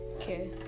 Okay